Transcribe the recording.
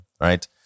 right